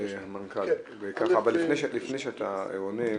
המנכ"ל, לפני שאתה עונה,